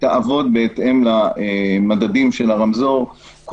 שהם עושים עכשיו מצילים אותם ונותנים להם טיפת